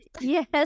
Yes